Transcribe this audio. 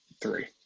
three